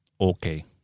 Okay